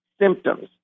symptoms